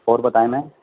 اور بتائیں میم